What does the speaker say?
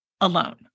alone